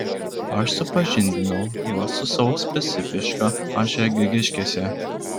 aš supažindinau juos su savo specifiška he grigiškėse